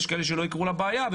יש כאלה שלא יקראו לה בעיה,